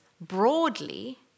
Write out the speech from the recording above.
broadly